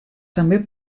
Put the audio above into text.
també